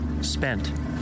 Spent